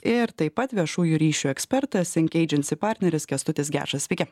ir taip pat viešųjų ryšių ekspertas senkeidžensi partneris kęstutis gečas sveiki